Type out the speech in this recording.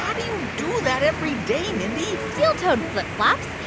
ah do you do that every day, mindy? steel-toed flip-flops.